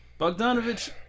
Bogdanovich